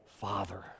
father